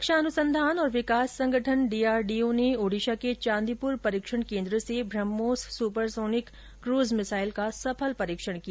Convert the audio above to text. रक्षा अनुसंघान और विकास संगठन ने ओडिशा के चांदीपुर परीक्षण केंद्र से ब्रह्मोस सुपरसोनिक क्रूज मिसाइल का सफल परीक्षण किया